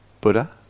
Buddha